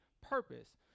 purpose